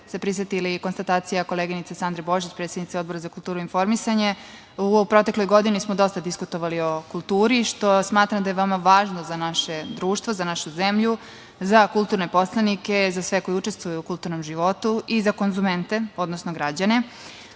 se prisetili konstatacija koleginice Sandre Božić, predsednice Odbora za kulturu i informisanje. U protekloj godini smo dosta diskutovali o kulturi, što smatram da je veoma važno za naše društvo, za našu zemlju, za kulturne poslanice, za sve koji učestvuju u kulturnom životu i za konzumente, odnosno građane. Veoma